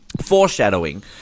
foreshadowing